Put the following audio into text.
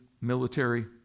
military